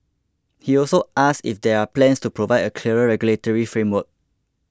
he also asked if there are plans to provide a clearer regulatory framework